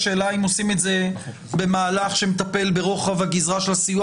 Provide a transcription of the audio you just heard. השאלה אם עושים את זה במהלך שמטפל ברוחב הגזרה של הסיוע